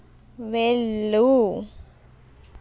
వెళ్ళు